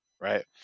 right